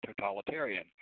totalitarian